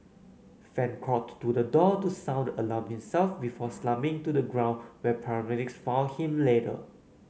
fan crawled to the door to sound the alarm himself before slumping to the ground where paramedics found him later